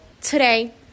today